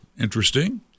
Interesting